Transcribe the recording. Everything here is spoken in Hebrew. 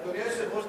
אדוני היושב-ראש,